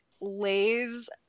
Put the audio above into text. lays